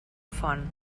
font